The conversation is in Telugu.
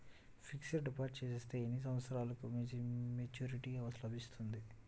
ఫిక్స్డ్ డిపాజిట్ చేస్తే ఎన్ని సంవత్సరంకు మెచూరిటీ లభిస్తుంది?